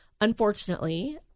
unfortunately